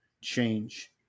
change